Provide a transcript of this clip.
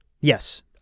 Yes